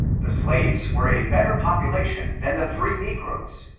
the slaves were a better population than the free negroes,